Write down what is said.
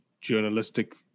journalistic